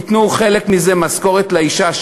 ייתנו חלק מזה משכורת לאישה,